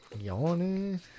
yawning